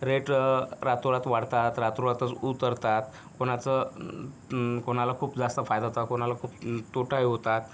rate रातोरात वाढतात रातोरातच उतरतात कोणाचं कोणाला खूप जास्त फायदा होतो कोणाला खूप तोटाही होतात